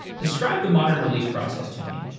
describe the modern release process to me.